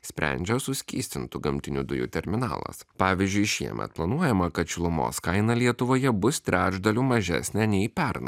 sprendžia suskystintų gamtinių dujų terminalas pavyzdžiui šiemet planuojama kad šilumos kaina lietuvoje bus trečdaliu mažesnė nei pernai